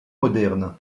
moderne